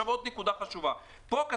סוגיה מאוד חשובה: פה כתוב: